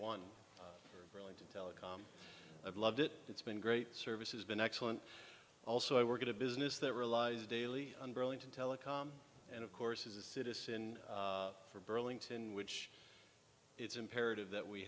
one telecom i've loved it it's been great service has been excellent also i work at a business that relies daily on burlington telecom and of course as a citizen of burlington which it's imperative that we